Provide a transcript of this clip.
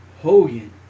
Hogan